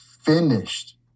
finished